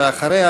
ואחריה,